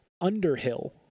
Underhill